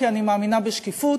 כי אני מאמינה בשקיפות,